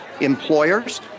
employers